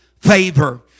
favor